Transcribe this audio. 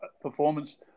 performance